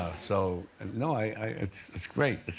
so and no, i it's it's great